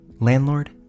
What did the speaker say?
landlord